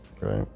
right